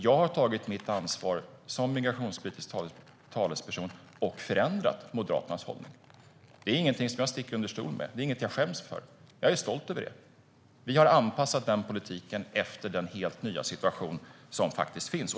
Jag har tagit mitt ansvar som migrationspolitisk talesperson och förändrat Moderaternas hållning. Det är inget jag sticker under stol med eller skäms för. Jag är stolt över det. Vi har anpassat politiken efter den helt nya situation som är.